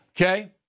Okay